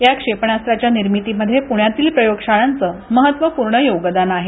या क्षेणास्त्राच्या निर्मिती मध्ये पुण्यातील प्रयोगशाळांचं महत्त्वपूर्ण योगदान आहे